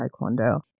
Taekwondo